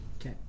Okay